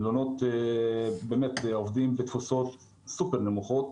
מלונות עובדים בתפוסות סופר נמוכות,